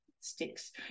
sticks